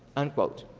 unquote.